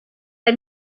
kaj